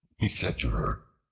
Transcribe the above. he said to her,